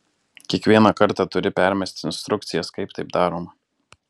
kiekvieną kartą turi permesti instrukcijas kaip tai daroma